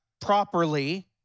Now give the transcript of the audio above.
properly